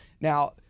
Now